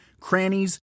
crannies